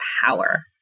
power